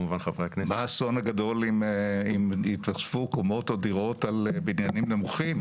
מה האסון הגדול אם יתווספו קומות או דירות על בניינים נמוכים?